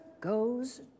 goes